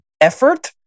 effort